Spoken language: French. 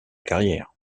carrière